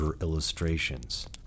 illustrations